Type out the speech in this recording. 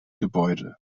gebäude